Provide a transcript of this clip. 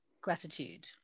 gratitude